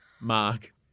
Mark